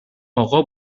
اقا